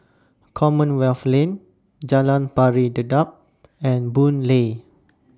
Commonwealth Lane Jalan Pari Dedap and Boon Lay